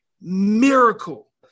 miracle